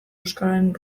euskararen